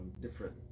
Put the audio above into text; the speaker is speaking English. different